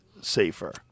safer